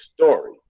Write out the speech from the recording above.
story